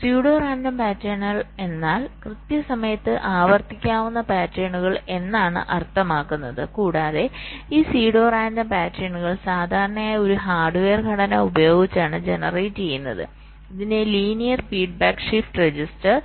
pseudo random pattern എന്നാൽ കൃത്യസമയത്ത് ആവർത്തിക്കാവുന്ന പാറ്റേണുകൾ എന്നാണ് അർത്ഥമാക്കുന്നത് കൂടാതെ ഈ സ്യൂഡോ റാൻഡം പാറ്റേണുകൾ സാധാരണയായി ഒരു ഹാർഡ്വെയർ ഘടന ഉപയോഗിച്ചാണ് ജനറേറ്റുചെയ്യുന്നത് ഇതിനെ ലീനിയർ ഫീഡ്ബാക്ക് ഷിഫ്റ്റ് രജിസ്റ്റർ